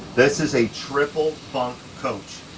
this is a triple bunk coach,